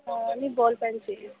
نہیں ball pen چاہیے